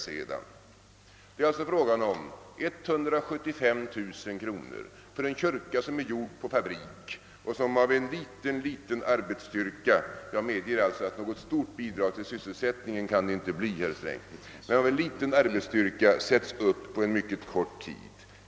Men det ansågs att någon dispens icke kunde beviljas trots att det här alltså bara gäller ett byggnadsprojekt för 175 000 kronor i form av en kyrka, som är gjord på fabrik och som av en mycket liten arbetsstyrka — jag medger, herr Sträng, att detta inte kan bli något stort bidrag till sysselsättningen — kan sättas upp på mycket kort tid.